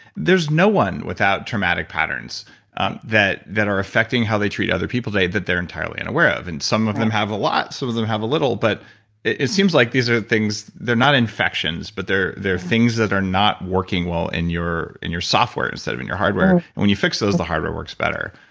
there's no one without traumatic patterns that that are affecting how they treat other people that they're entirely unaware of. and some of them have a lot. some of them have a little. but it seems like these are things, they're not infections, but they're they're things that are not working well in your in your software instead of in your hardware. and when you fix those, the hardware works better.